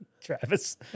Travis